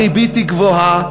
הריבית היא גבוהה,